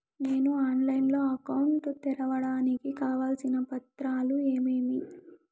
నేను ఆన్లైన్ లో అకౌంట్ తెరవడానికి కావాల్సిన పత్రాలు ఏమేమి?